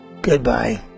Goodbye